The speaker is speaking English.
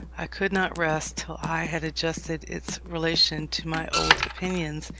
i could not rest till i had adjusted its relation to my old opinions,